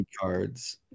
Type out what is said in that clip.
cards